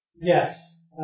Yes